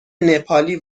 نپالی